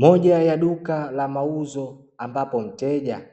Moja ya duka la mauzo, ambapo mteja